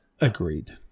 agreed